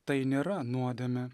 tai nėra nuodėmė